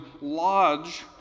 lodge